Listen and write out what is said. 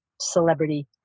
celebrity